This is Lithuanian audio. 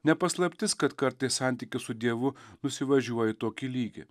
ne paslaptis kad kartais santykius su dievu nusivažiuoji tokį lygį